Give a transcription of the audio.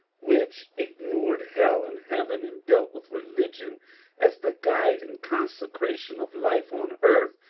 which ignored hell and heaven, and dealt with religion as the guide and consecration of life on earth,